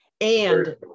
And-